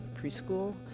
preschool